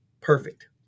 Perfect